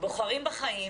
"בוחרים החיים"